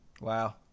wow